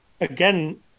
Again